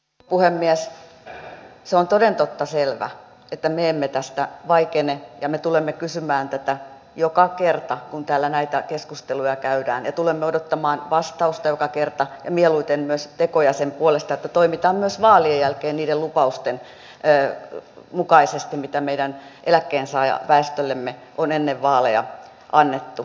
se on toden totta selvä että me emme tästä vaikene ja me tulemme kysymään tätä joka kerta kun täällä näitä keskusteluja käydään ja tulemme odottamaan vastausta joka kerta ja mieluiten myös tekoja sen puolesta että toimitaan myös vaalien jälkeen niiden lupausten mukaisesti mitä meidän eläkkeensaajaväestöllemme on ennen vaaleja annettu